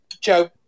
Joe